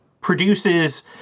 produces